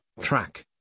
track